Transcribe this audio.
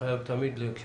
אנחנו